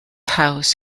house